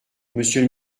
monsieur